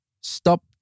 stop